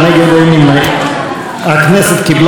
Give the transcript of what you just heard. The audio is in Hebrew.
הכנסת קיבלה את ההודעה של ראש הממשלה.